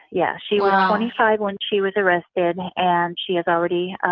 yeah she was twenty five when she was arrested, and she has already